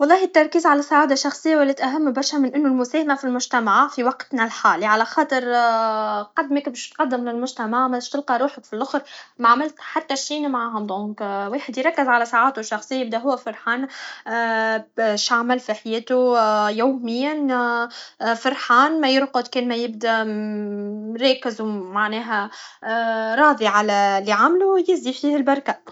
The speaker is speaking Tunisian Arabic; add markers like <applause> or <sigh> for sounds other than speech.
و الله التركيز على السعاده الشخصيه ولات اهم برشه من انو المساهمه في المجتمع في وقتنا الحالي خاطر <hesitation> قد ما تقدم للمجتمع باش تلقا روحك فلخر معملت خت شي دونك <hesitation> الواحد يركز على سعادتو الشخصيه يبدا هو فرحان <hesitation> شعمل هو في حياتو يوميا فرحان ميرقد كان ميبدا راكز و معناها راضي على لي عملو يزي فيه لبركه